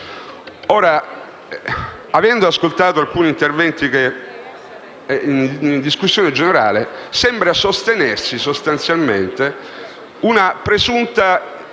Avendo ascoltato alcuni interventi in discussione generale, sembra sostenersi sostanzialmente una presunta